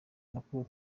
makuru